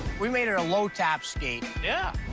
we made it a low-top skate. yeah.